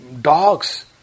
dogs